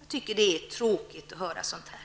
Jag tycker att det är tråkigt att höra sådant här.